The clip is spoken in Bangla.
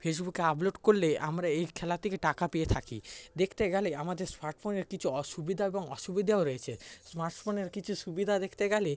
ফেসবুকে আপলোড করলে আমরা এই খেলা থেকে টাকা পেয়ে থাকি দেখতে গেলে আমাদের স্মার্টফোনের কিছু অসুবিধা এবং অসুবিধাও রয়েছে স্মার্টফোনের কিছু সুবিধা দেখতে গেলে